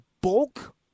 bulk